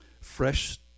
fresh